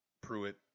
Pruitt